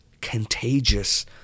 contagious